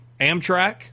Amtrak